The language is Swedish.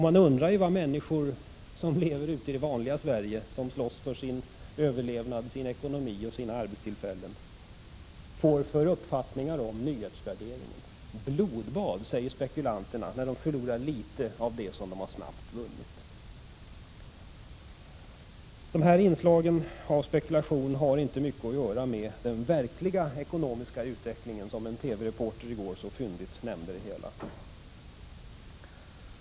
Man undrar vad människor som lever ute i det vanliga Sverige, som slåss för sin överlevnad, sin ekonomi och sina arbetstillfällen, tänker om den nyhetsvärderingen. Blodbad, säger spekulanterna, när de förlorar litet av det som de snabbt har vunnit. Dessa inslag av spekulation har inte mycket att göra med den verkliga ekonomiska utvecklingen, som en TV-reporter i går så fyndigt uttryckte det.